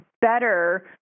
better